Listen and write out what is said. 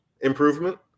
improvement